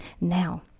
now